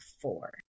four